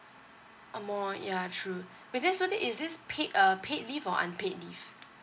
uh more ya true wait this [one] is this paid uh paid leave or unpaid leave